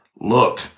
look